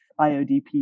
IODP